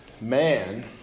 Man